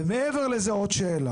ומעבר לזה עוד שאלה.